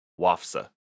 Wafsa